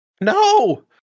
No